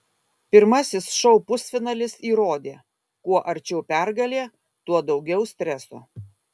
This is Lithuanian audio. pirmasis šou pusfinalis įrodė kuo arčiau pergalė tuo daugiau streso